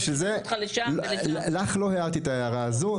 אבל בשביל זה לא הערתי לך את ההערה הזו.